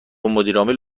مدیرعامل